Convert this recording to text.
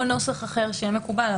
או נוסח אחר שיהיה מקובל,